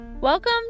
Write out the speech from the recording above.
Welcome